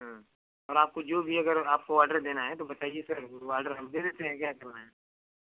और आपको जो भी अगर आपको ऑर्डर देना है तो बताइए सर आर्डर हम दे देते हैं क्या करना है